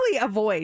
avoid